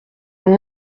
l’on